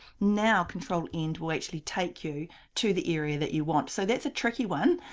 now, control end will actually take you to the area that you want. so, that's a tricky one,